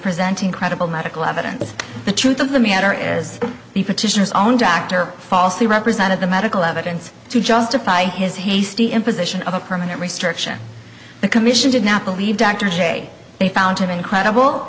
presenting credible medical evidence the truth of the matter is the petitioners own doctor falsely represented the medical evidence to justify his hasty imposition of a permanent restriction the commission did not believe dr j they found him incredible